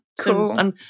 Cool